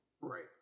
Right